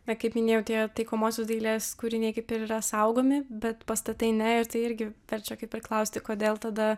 na kaip minėjau tie taikomosios dailės kūriniai kaip ir yra saugomi bet pastatai ne ir tai irgi verčia kaip klausti kodėl tada